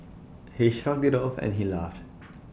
he shrugged IT off and he laughed